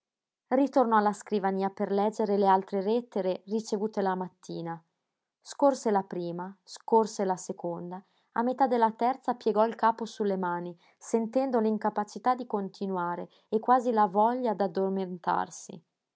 ritornò alla scrivania per leggere le altre lettere ricevute la mattina scorse la prima scorse la seconda a metà della terza piegò il capo sulle mani sentendo l'incapacità di continuare e quasi la voglia d'addormentarsi